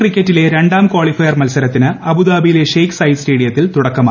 ക്രിക്കറ്റിലെ രണ്ടാം കാളിഫയർ മത്സരത്തിന് അബുദാബിയിലെ ഷെയ്ഖ് സയിദ് സ്റ്റേഡിയത്തിൽ തുടക്കമായി